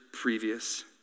previous